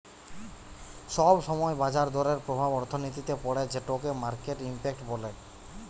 সব সময় বাজার দরের প্রভাব অর্থনীতিতে পড়ে যেটোকে মার্কেট ইমপ্যাক্ট বলে